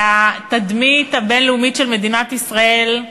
והתדמית הבין-לאומית של מדינת ישראל,